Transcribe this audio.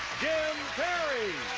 jim perry!